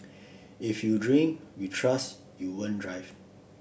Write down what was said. if you drink we trust you won't drive